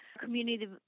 Community